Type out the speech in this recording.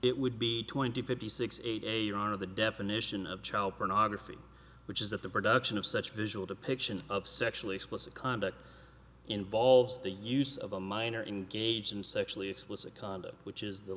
it would be twenty fifty six eight your honor the definition of child pornography which is that the production of such visual depiction of sexually explicit conduct involves the use of a minor engage in sexually explicit conduct which is the